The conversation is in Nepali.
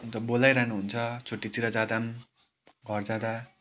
अन्त बोलाइरहनुहुन्छ छुट्टीतिर जाँदा पनि घर जाँदा